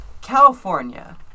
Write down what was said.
California